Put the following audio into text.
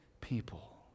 people